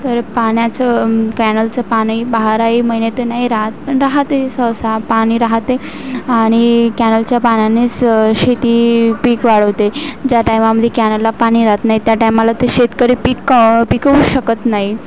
तर पाण्याचं कॅनलचं पाणी बाराही महिने तर नाही राहत पण राहते सहसा पाणी राहते आणि कॅनलच्या पाण्याने स शेती पीक वाढवते ज्या टाईम कॅनलला पाणी राहत नाही त्या टायमाला ते शेतकरी पीक पिकवू शकत नाही